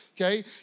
okay